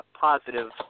positive